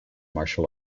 martial